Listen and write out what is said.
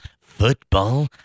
Football